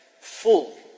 full